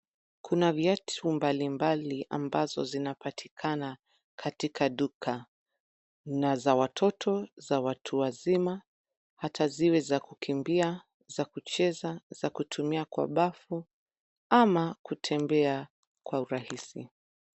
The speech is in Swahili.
Kuna viatu mbalimbali ambazo zinapatikana katika duka, na za watoto, za watu wazima, hata ziwe za kukimbia, za kucheza, za kutumia kwa bafu, ama kutembea, kwa urahisi.